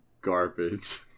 garbage